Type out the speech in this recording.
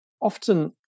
often